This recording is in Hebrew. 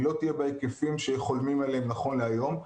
היא לא תהיה בהיקפים שחולמים עליהם נכון להיום,